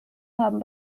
haben